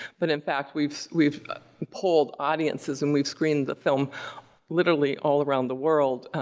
but in fact, we've we've polled audiences and we've screened the film literally all around the world,